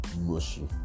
mushy